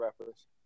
rappers